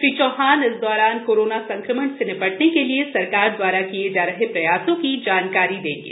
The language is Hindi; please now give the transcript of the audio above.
श्री चौहान इस दौरान कोरोना संक्रमण से निपटने के लिए सरकार दवारा किए जा रहे प्रयासों की जानकारी देंगे